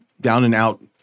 down-and-out